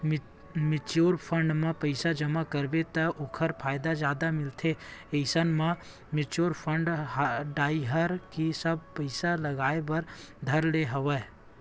mutual fund म पइसा जमा करबे त ओखर फायदा जादा मिलत हे इसन म म्युचुअल फंड डाहर ही सब पइसा लगाय बर धर ले हवया